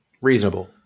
Reasonable